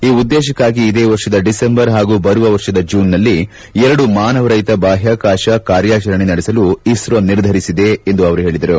ಈ ಉದ್ದೇಶಕ್ಕಾಗಿ ಇದೇ ವರ್ಷದ ಡಿಸೆಂಬರ್ ಹಾಗೂ ಬರುವ ವರ್ಷದ ಜೂನ್ ನಲ್ಲಿ ಎರಡು ಮಾನವರಹಿತ ಬಾಹ್ಕಾಕಾಶ ಕಾರ್ಯಾಚರಣೆ ನಡೆಸಲು ಇಸ್ತೋ ನಿರ್ಧರಿಸಿದೆ ಎಂದು ಅವರು ಹೇಳಿದರು